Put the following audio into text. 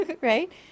right